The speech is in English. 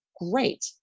great